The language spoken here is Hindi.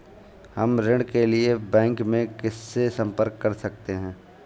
हम ऋण के लिए बैंक में किससे संपर्क कर सकते हैं?